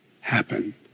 happen